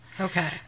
Okay